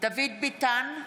דוד ביטן,